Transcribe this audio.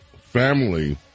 family